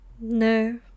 no